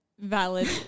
Valid